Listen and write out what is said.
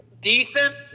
decent